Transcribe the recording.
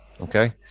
Okay